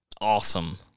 awesome